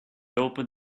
opened